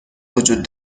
وجود